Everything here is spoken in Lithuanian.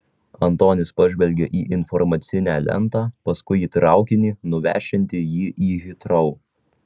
antonis pažvelgė į informacinę lentą paskui į traukinį nuvešiantį jį į hitrou